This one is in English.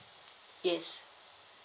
yes